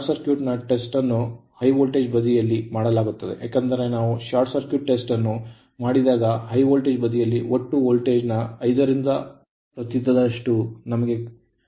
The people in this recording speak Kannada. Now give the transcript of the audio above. ಶಾರ್ಟ್ ಸರ್ಕ್ಯೂಟ್ ಟೆಸ್ಟ್ ಅನ್ನು ಹೈ ವೋಲ್ಟೇಜ್ ಬದಿಯಲ್ಲಿ ಮಾಡಲಾಗುತ್ತದೆ ಏಕೆಂದರೆ ನಾವು ಶಾರ್ಟ್ ಸರ್ಕ್ಯೂಟ್ ಟೆಸ್ಟ್ ಅನ್ನು ಮಾಡಿದಾಗ high ಹೆಚ್ಚಿನ ವೋಲ್ಟೇಜ್ ಬದಿಯಲ್ಲಿ ಒಟ್ಟು ವೋಲ್ಟೇಜ್ ನ 5 ರಿಂದ 8 ಪ್ರತಿಶತದಷ್ಟು ನಮಗೆ Kannada translation